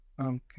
Okay